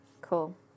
Cool